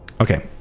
Okay